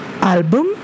album